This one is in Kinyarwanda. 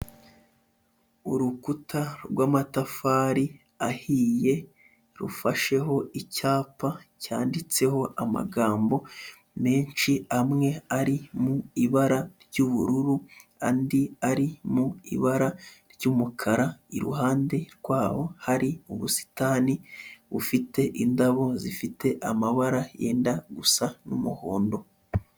Urukuta rw'amatafari ahiye, rufasheho icyapa cyanditseho amagambo menshi amwe ari mu ibara ry'ubururu, andi ari mu ibara ry'umukara, iruhande rwaho hari ubusitani bufite indabo zifite amabara yenda gusa n'umuhondo.